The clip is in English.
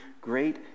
great